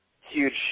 huge